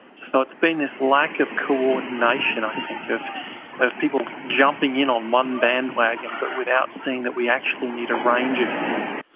so it's been this lack of coordination i think, of of people jumping in on one bandwagon but without seeing that we actually need a range of things.